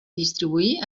distribuir